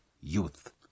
youth